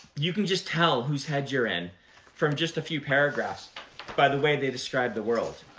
you can just tell whose head you're in from just a few paragraphs by the way they describe the world.